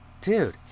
Dude